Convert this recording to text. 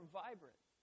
vibrant